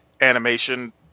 animation